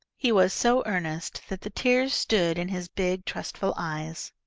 he was so earnest that the tears stood in his big, trustful eyes.